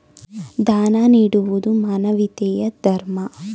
ದಾನ ನೀಡುವುದು ಮಾನವೀಯತೆಯ ಧರ್ಮ